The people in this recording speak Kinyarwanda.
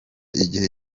igihe